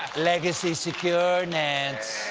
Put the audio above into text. legacy secure, nance.